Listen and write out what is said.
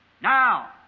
Now